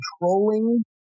Controlling